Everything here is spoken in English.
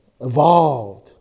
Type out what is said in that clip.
evolved